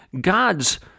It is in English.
God's